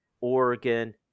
Oregon